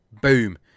boom